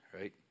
right